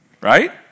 right